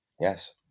Yes